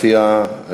מציע?